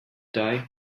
die